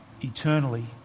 eternally